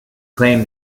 claim